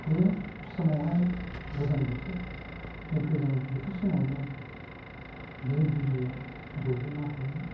बे समावहाय गोजां बोथोर गोजां बोथोर समावनो बे बिलोआव बयबो ना हमो